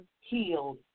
healed